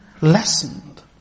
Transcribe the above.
lessened